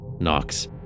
Knox